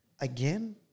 Again